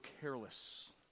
careless